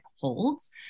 holds